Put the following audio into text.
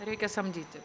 reikia samdyti